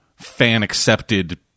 fan-accepted